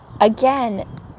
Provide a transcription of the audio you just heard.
again